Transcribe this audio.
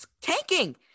tanking